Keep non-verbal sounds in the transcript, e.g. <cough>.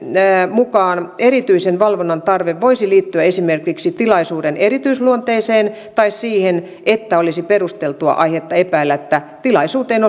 mukaan erityisen valvonnan tarve voisi liittyä esimerkiksi tilaisuuden erityisluonteeseen tai siihen että olisi perusteltua aihetta epäillä että tilaisuuteen <unintelligible>